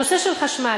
הנושא של חשמל,